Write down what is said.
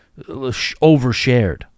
overshared